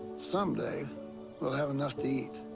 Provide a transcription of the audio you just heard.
someday we'll have enough to eat.